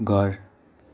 घर